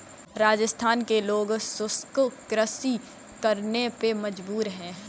राजस्थान के लोग शुष्क कृषि करने पे मजबूर हैं